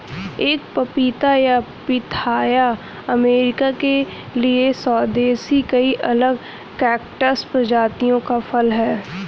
एक पपीता या पिथाया अमेरिका के लिए स्वदेशी कई अलग कैक्टस प्रजातियों का फल है